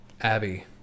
abby